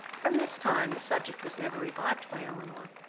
from this time the subject was never revived by elinor,